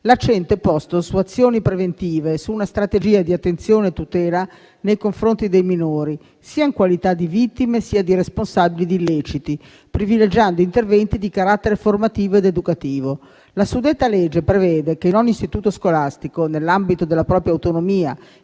L'accento è posto su azioni preventive, su una strategia di attenzione e tutela nei confronti dei minori, sia in qualità di vittime sia di responsabili di illeciti, privilegiando interventi di carattere formativo ed educativo. La suddetta legge prevede che ogni istituto scolastico, nell'ambito della propria autonomia